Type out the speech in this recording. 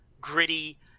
gritty